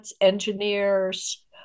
engineers